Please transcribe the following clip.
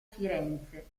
firenze